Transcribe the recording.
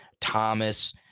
Thomas